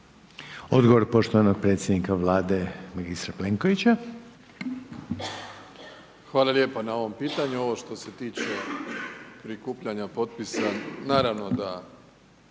Odgovor poštovanog predsjednika Vlade, magistra Plenkovića. **Plenković, Andrej (HDZ)** Hvala lijepa na ovom pitanju. Ovo što se tiče prikupljanja potpisa, naravno da